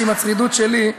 שעם הצרידות שלי,